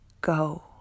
go